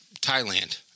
Thailand